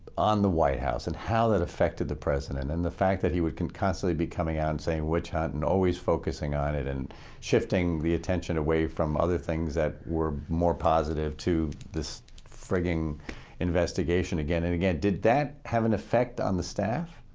on the white house and how that affected the president, and the fact that he would constantly be coming on saying witch hunt and always focusing on it and shifting the attention away from other things that were more positive to this frigging investigation again and again, did that have an effect on the staff?